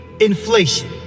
inflation